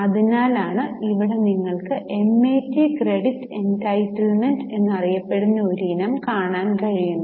അതിനാലാണ് ഇവിടെ നിങ്ങൾക്ക് MAT ക്രെഡിറ്റ് എന്റൈറ്റിൽമെന്റ് എന്നറിയപ്പെടുന്ന ഒരു ഇനം കാണാൻ കഴിയുന്നത്